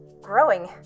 growing